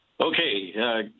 Okay